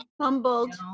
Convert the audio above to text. humbled